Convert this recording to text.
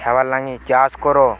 ଖାଇବାର୍ ଲାଗି ଚାଷ୍ କର